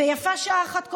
ויפה שעה אחת קודם.